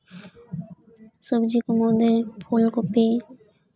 ᱥᱚᱵᱽᱡᱤ ᱠᱚ ᱢᱚᱫᱽᱫᱷᱮ ᱨᱮ ᱯᱷᱩᱞᱠᱚᱯᱤ